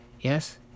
Yes